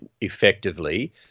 effectively